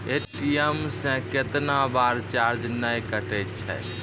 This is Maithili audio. ए.टी.एम से कैतना बार चार्ज नैय कटै छै?